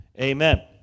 amen